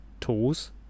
tools